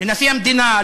לנשיא המדינה,